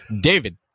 David